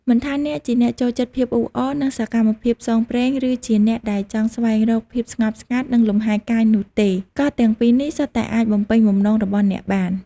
មិនថាអ្នកជាអ្នកចូលចិត្តភាពអ៊ូអរ និងសកម្មភាពផ្សងព្រេង ឬជាអ្នកដែលចង់ស្វែងរកភាពស្ងប់ស្ងាត់ និងលំហែរកាយនោះទេ កោះទាំងពីរនេះសុទ្ធតែអាចបំពេញបំណងរបស់អ្នកបាន។